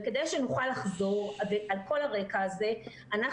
וכדי שנוכל לחזור על כל הרקע זה אנחנו